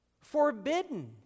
Forbidden